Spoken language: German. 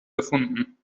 erfunden